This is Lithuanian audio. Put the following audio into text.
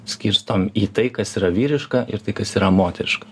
skirstom į tai kas yra vyriška ir tai kas yra moteriška